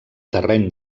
terreny